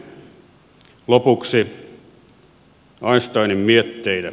lopuksi einsteinin mietteitä